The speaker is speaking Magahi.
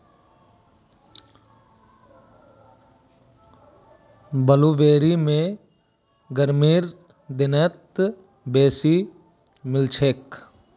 ब्लूबेरी गर्मीर दिनत बेसी मिलछेक